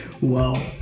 Wow